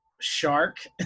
shark